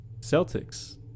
Celtics